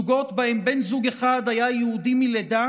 זוגות שבהם בן זוג אחד היה יהודי מלידה